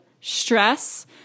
stress